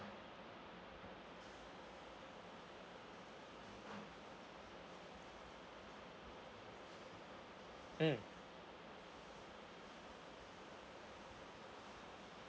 mm